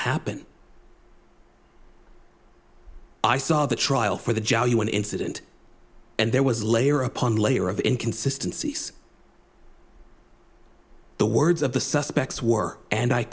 happen i saw the trial for the job one incident and there was layer upon layer of inconsistency the words of the suspects were and i